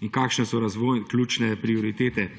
in katere so ključne prioritete.